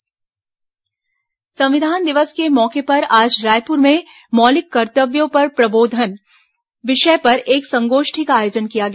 संविधान दिवस पीआईबी संविधान दिवस के मौके पर आज रायपुर में मौलिक कर्तव्यों पर प्रबोधन विषय पर एक संगोष्ठी का आयोजन किया गया